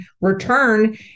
return